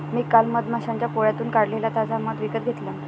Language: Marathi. मी काल मधमाश्यांच्या पोळ्यातून काढलेला ताजा मध विकत घेतला